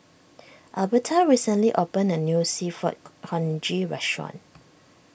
Elberta recently opened a new Seafood Congee restaurant